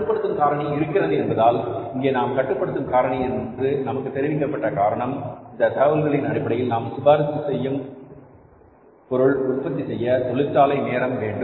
கட்டுப்படுத்தும் காரணி இருக்கிறது என்பதால் இங்கே நாம் கட்டுப்படுத்தும் காரணி என்று நமக்குத் தெரிவிக்கப்பட்ட காரணம் இந்த தகவல்களின் அடிப்படையில் நாம் சிபாரிசு செய்யும் பொருள் உற்பத்தி செய்ய தொழிற்சாலை நேரம் வேண்டும்